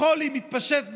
החולי מתפשט בארץ,